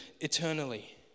eternally